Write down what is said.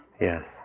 Yes